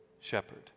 shepherd